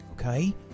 Okay